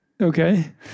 Okay